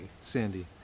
sandy